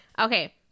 Okay